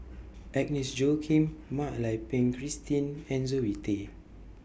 Agnes Joaquim Mak Lai Peng Christine and Zoe Tay